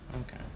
Okay